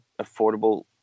affordable